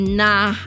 nah